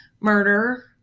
murder